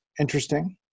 interesting